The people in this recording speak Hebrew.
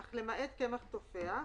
אך למעט קמח תופח,